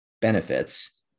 benefits